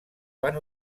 van